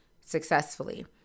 successfully